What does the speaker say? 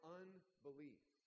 unbelief